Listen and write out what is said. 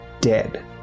dead